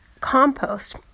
compost